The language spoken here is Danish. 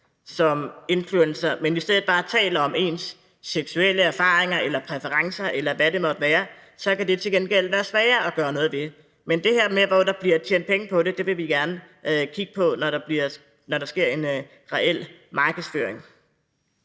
som influencer, men i stedet bare taler om ens seksuelle erfaring eller præferencer, eller hvad det måtte være, for så kan det til gengæld være sværere at gøre noget ved. Men de her tilfælde, hvor der bliver tjent penge på det, vil vi gerne kigge på, altså når der sker en reel markedsføring.